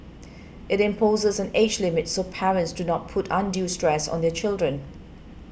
it imposes an age limit so parents do not put undue stress on their children